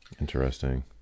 Interesting